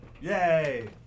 Yay